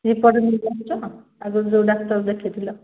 report ନେଇକି ଆସିଛ ଆଗରୁ ଯେଉଁ ଡାକ୍ତର ଦେଖେଇଥିଲ